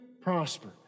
prosper